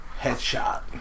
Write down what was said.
Headshot